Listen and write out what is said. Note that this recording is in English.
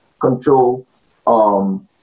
control